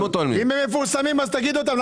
אם הם מפורסמים אז תגיד אותם,